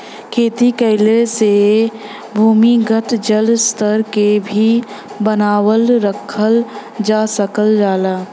खेती कइले से भूमिगत जल स्तर के भी बनावल रखल जा सकल जाला